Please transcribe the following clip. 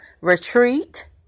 retreat